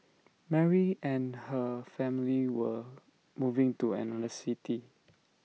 Mary and her family were moving to another city